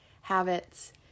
habits